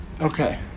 okay